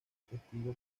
testigo